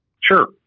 Sure